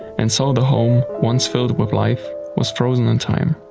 and so the home once filled with life was frozen in time.